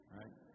right